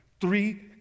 Three